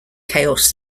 chaos